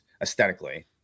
aesthetically